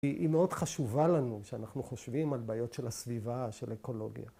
‫היא מאוד חשובה לנו כשאנחנו ‫חושבים על בעיות של הסביבה, של אקולוגיה.